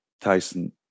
Tyson